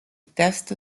test